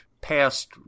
past